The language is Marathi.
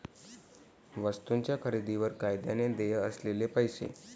वस्तूंच्या खरेदीवर कायद्याने देय असलेले पैसे